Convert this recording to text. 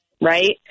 Right